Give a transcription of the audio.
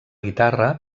guitarra